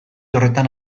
horretan